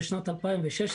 בשנת 2016,